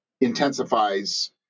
intensifies